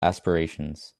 aspirations